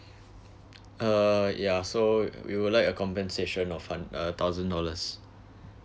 uh ya so we would like a compensation of hund~ uh thousand dollars